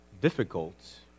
difficult